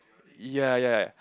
ya ya